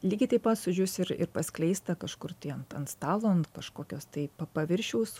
lygiai taip pat sudžius ir ir paskleista kažkur tai ant ant stalo ant kažkokios tai pa paviršiaus